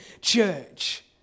church